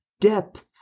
depth